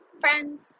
friends